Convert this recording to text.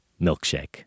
Milkshake